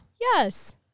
Yes